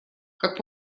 как